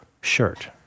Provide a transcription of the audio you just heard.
shirt